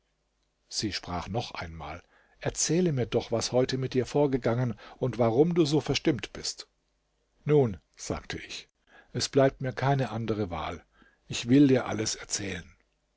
sie sprach noch einmal erzähle mir doch was heute mit dir vorgegangen und warum du so verstimmt bist nun sagte ich es bleibt mir keine andere wahl ich will dir alles erzählen